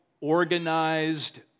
organized